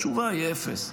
התשובה היא אפס,